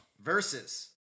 versus